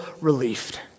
relieved